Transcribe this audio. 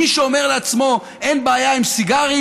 מי שאומר לעצמו שאין בעיה עם סיגרים,